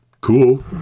cool